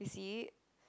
you see it